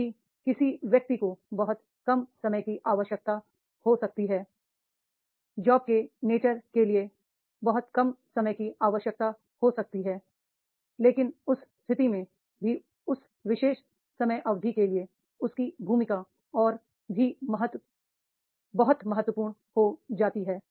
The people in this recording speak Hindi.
क्योंकि किसी व्यक्ति को बहुत कम समय की आवश्यकता हो सकती है जॉब के नेचर के लिए बहुत कम समय की आवश्यकता हो सकती है लेकिन उस स्थिति में भी उस विशेष समय अवधि के लिए उसकी भूमिका और भी महत्व बहुत महत्वपूर्ण हो जाती है